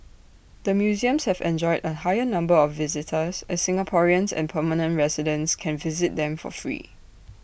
the museums have enjoyed A higher number of visitors as Singaporeans and permanent residents can visit them for free